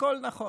הכול נכון.